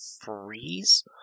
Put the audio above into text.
freeze